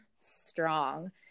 strong